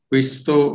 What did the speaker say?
Questo